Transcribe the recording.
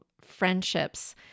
friendships